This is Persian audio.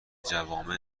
جوامع